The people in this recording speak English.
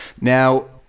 Now